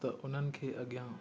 त उन्हनि खे अॻियां